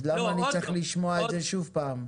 אז למה אני צריך לשמוע את זה שוב פעם?